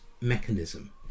mechanism